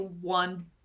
one